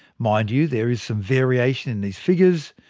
mind you there is some variation in these figures.